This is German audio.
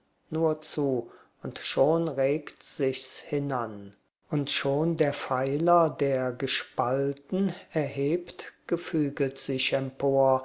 nur zu und schon regt sich's hinan und schon der pfeiler der gespalten er hebt gefüget sich empor